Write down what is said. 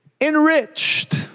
enriched